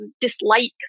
dislike